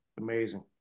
amazing